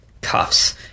cuffs